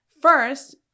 first